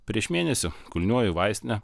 prieš mėnesį kulniuoju į vaistinę